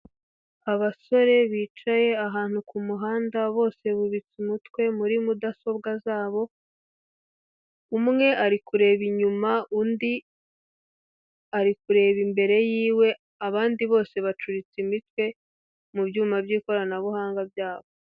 Abasore bicaye ahantu ku muhanda bose bubitse umutwe muri mudasobwa zabo, umwe ari kureba inyuma, undi ari kureba imbere yiwe, abandi bose bacuritse imitwe mu byuma by'ikoranabuhanga byabo.